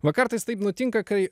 va kartais taip nutinka kai